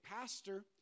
pastor